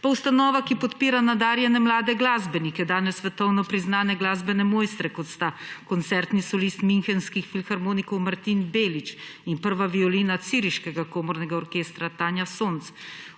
Pa ustanova, ki podpira nadarjene mlade glasbenike, danes svetovno priznane glasbene mojstre, kot sta koncertni solist Münchenskih filharmonikov Martin Belič in prva violina Züriškega komornega orkestra Tanja Sonc.